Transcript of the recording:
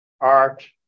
Art